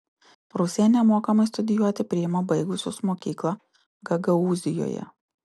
rusija nemokamai studijuoti priima baigusius mokyklą gagaūzijoje